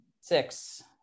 six